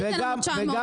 אל תיתן לנו 900,